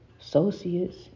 associates